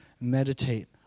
Meditate